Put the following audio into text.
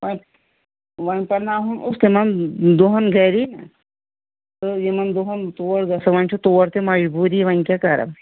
پَتہٕ وۄنۍ پَرناوہون أسۍ تِمَن دۄہَن گَری تہٕ یِمَن دۄہَن تور گژھو وۄنۍ چھِ تور تہِ مَجبوٗری وۄنۍ کیاہ کَرَو